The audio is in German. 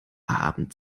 abend